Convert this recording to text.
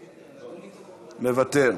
מוותר,